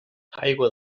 aigua